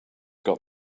got